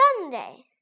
Sunday